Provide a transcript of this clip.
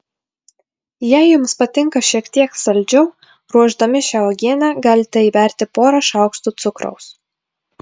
jei jums patinka šiek tiek saldžiau ruošdami šią uogienę galite įberti porą šaukštų cukraus